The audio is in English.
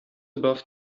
above